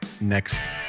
next